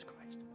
Christ